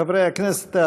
חברי הכנסת,